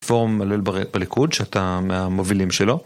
פורום הלל בליכוד שאתה מהמובילים שלו